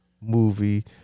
movie